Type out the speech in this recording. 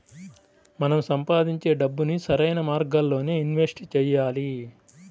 మనం సంపాదించే డబ్బుని సరైన మార్గాల్లోనే ఇన్వెస్ట్ చెయ్యాలి